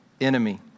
enemy